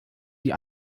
die